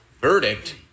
verdict